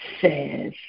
says –